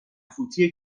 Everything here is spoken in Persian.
فوتی